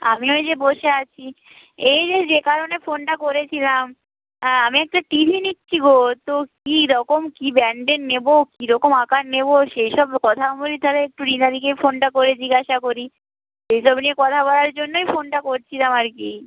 আমি ওই যে বসে আছি এই যে যে কারণে ফোনটা করেছিলাম আমি একটা টি ভি নিচ্ছি গো তো কীরকম কী ব্র্যান্ডের নেব কীরকম আকার নেব সেই সব কথা বলি তাহলে একটু রিনাদিকেই ফোনটা করে জিজ্ঞাসা করি এসব নিয়ে কথা বলার জন্যই ফোনটা করছিলাম আর কি